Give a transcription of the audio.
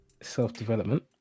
self-development